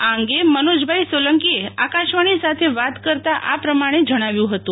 આ અંગે મનોજભાઈ સોલંકીએ આકાશવાણી સાથે વાત કરતા આ પ્રમાણે જણાવ્યું હતું